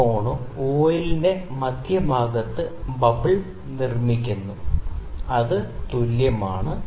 ഈ കോണും വോയിൽന്റെ മധ്യഭാഗത്ത് ബബിൾ നിർമ്മിക്കുന്ന ഈ കോണും തുല്യമാണ്